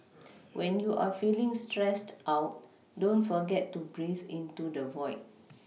when you are feeling stressed out don't forget to breathe into the void